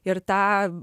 ir tą